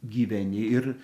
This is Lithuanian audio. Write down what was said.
gyveni ir